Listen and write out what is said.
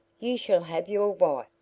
you shall have your wife.